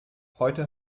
heute